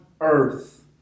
earth